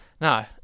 no